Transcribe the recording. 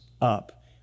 up